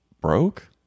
broke